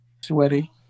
sweaty